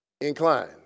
Incline